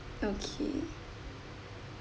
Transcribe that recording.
okay